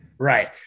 Right